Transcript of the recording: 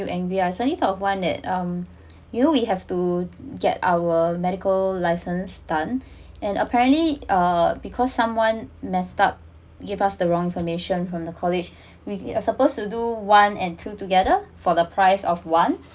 angry uh I suddenly thought of one at um you you have to get our medical licence done and apparently uh because someone messed up gave us the wrong information from the college we are supposed to do one and two together for the price of one